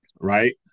right